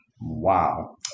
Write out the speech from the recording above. Wow